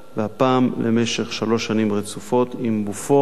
והפעם למשך שלוש שנים רצופות, עם "בופור",